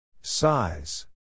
Size